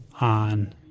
on